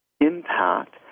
impact